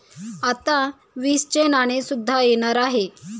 आता वीसचे नाणे सुद्धा येणार आहे